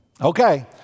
Okay